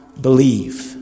believe